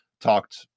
talked